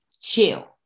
chill